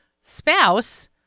spouse